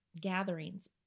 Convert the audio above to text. gatherings